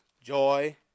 joy